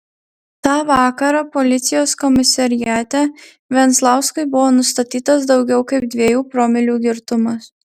tą vakarą policijos komisariate venzlauskui buvo nustatytas daugiau kaip dviejų promilių girtumas